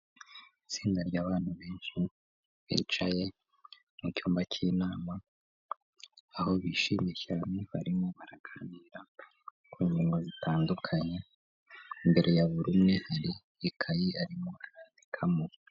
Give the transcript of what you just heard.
Itsinda ry'abantu benshi bicaye mu cyumba cy'inama, aho bishimye cyane barimo baraganira ku ngingo zitandukanye, imbere ya buri umwe hari ikayi arimo arandikamo.